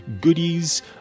goodies